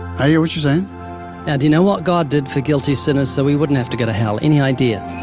i hear what you're saying. now, and do you know what god did for guilty sinners so we wouldn't have to go to hell? any idea?